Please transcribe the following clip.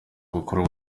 bukuru